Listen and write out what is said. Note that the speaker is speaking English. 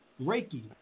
Reiki